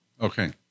okay